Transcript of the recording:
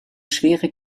schwere